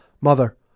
mother